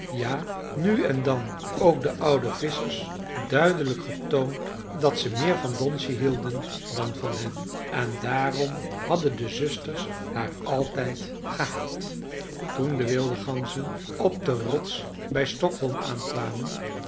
ja nu en dan ook de oude visschers duidelijk getoond dat ze meer van donsje hielden dan van hen en daarom hadden de zusters haar altijd gehaat toen de wilde ganzen op de rots bij stockholm aankwamen